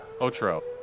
otro